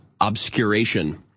obscuration